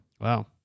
Wow